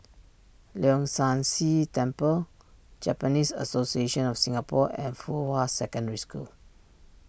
Leong San See Temple Japanese Association of Singapore and Fuhua Secondary School